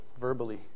verbally